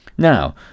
Now